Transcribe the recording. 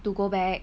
to go back